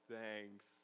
thanks